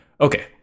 Okay